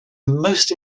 most